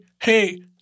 hey